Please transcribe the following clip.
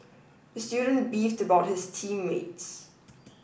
the student beefed about his team mates